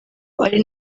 ari